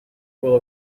will